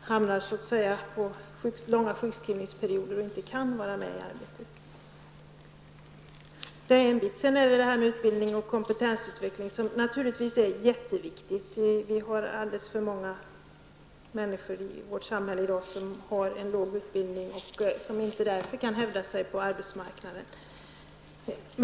hamna i långa sjukskrivningsperioder, så att de inte kan vara med i arbetet. När det sedan gäller detta med utbildning och kompetensutveckling är detta naturligtvis mycket viktigt. Vi har alldeles för många människor i vårt samhälle i dag som har en låg utbildning och som därför inte kan hävda sig på arbetsmarknaden.